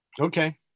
Okay